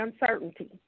uncertainty